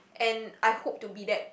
and I hope to be that